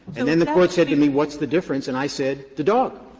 and then the court said to me, what's the difference? and i said the dog.